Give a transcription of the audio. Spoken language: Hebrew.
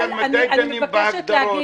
איתן, מתי דנים בהגדרות?